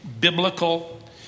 Biblical